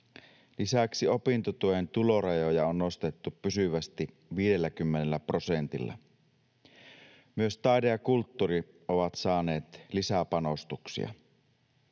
Lisäksi opintotuen tulorajoja on nostettu pysyvästi 50 prosentilla. Myös taide ja kulttuuri ovat saaneet lisäpanostuksia.